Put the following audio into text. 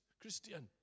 Christian